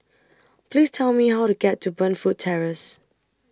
Please Tell Me How to get to Burnfoot Terrace